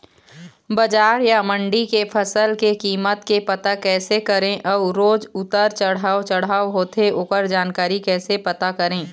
बजार या मंडी के फसल के कीमत के पता कैसे करें अऊ रोज उतर चढ़व चढ़व होथे ओकर जानकारी कैसे पता करें?